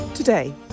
Today